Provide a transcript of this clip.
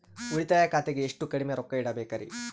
ಉಳಿತಾಯ ಖಾತೆಗೆ ಎಷ್ಟು ಕಡಿಮೆ ರೊಕ್ಕ ಇಡಬೇಕರಿ?